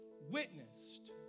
witnessed